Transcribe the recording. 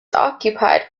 occupied